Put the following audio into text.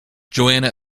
joanna